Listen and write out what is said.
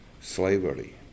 slavery